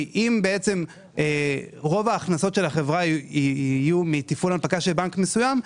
כי אם רוב ההכנסות של החברה יהיו מתפעול הנפקה של בנק מסוים,